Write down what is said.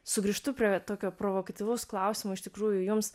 sugrįžtu prie tokio provokatyvaus klausimo iš tikrųjų jums